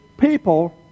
people